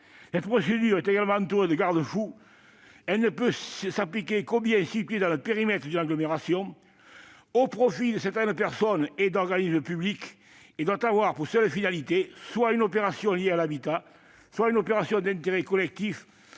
Cette procédure est également entourée de garde-fous : elle ne peut s'appliquer qu'aux biens situés dans le périmètre d'une agglomération et au profit de certaines personnes et d'organismes publics et elle doit avoir pour seule finalité soit une opération liée à l'habitat, soit une opération d'intérêt collectif